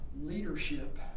leadership